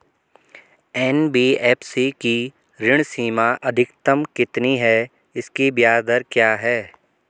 NBFC की ऋण सीमा अधिकतम कितनी है इसकी ब्याज दर क्या है?